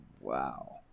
wow